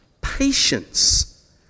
Patience